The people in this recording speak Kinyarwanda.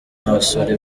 abasore